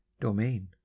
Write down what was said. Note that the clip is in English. domain